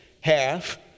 half